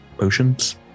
potions